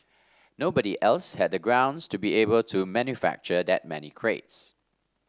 nobody else had the grounds to be able to manufacture that many crates